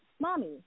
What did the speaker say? mommy